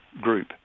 group